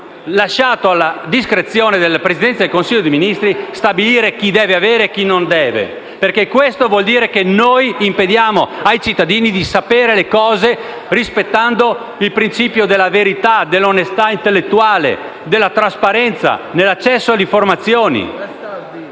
lasciato alla discrezione del Presidente del Consiglio dei ministri stabilire chi deve avere e chi non deve perché questo vuol dire che noi impediamo ai cittadini di sapere le cose rispettando il principio della verità, dell'onestà intellettuale e della trasparenza nell'accesso alle informazioni.